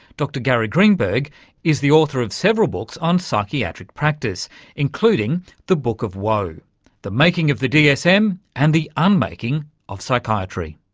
dr gary greenberg is the author of several books on psychiatric practice including the book of woe the making of the dsm and the unmaking of psychiatry.